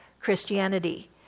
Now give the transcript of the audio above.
Christianity